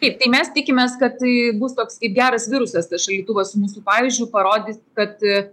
taip tai mes tikimės kad tai bus toks kaip geras virusas tas šaldytuvas mūsų pavyzdžiu parodys kad